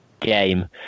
Game